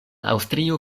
aŭstrio